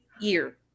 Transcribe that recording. year